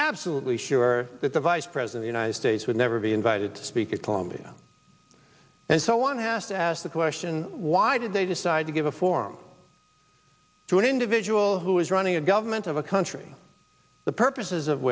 absolutely sure that the vice pres in the united states would never be invited to speak at columbia and so one has to ask the question why did they decide to give a form to an individual who is running a government of a country the purposes of